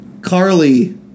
Carly